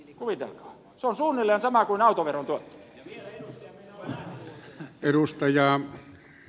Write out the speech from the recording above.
kuvitelkaa se on suunnilleen sama kuin autoveron tuotto